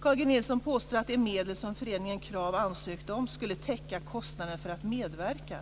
Carl G Nilsson påstår att de medel som föreningen Krav ansökte om skulle "täcka kostnaderna för att medverka"